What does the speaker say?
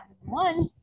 one